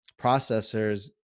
processors